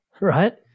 right